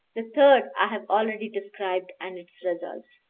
the third i have already described, and its results.